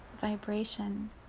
vibration